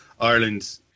Ireland